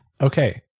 Okay